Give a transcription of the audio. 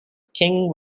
king